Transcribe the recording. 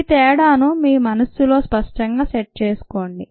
ఈ తేడాను మీ మనస్సులో స్పష్టంగా సెట్ చేసుకోండి